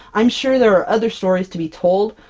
i'm sure there are other stories to be told,